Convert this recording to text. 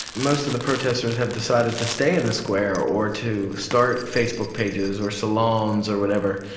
most of the protesters have decided to stay in the square or to start facebook pages or salons, or whatever.